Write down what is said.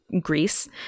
Greece